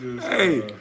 Hey